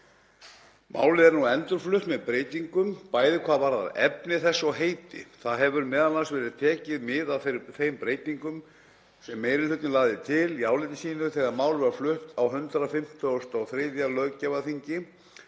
Málið er nú endurflutt með breytingum, bæði hvað varðar efni þess og heiti. Þar hefur m.a. verið tekið mið af þeim breytingum sem meiri hlutinn lagði til í áliti sínu þegar málið var flutt á 153. löggjafarþingi.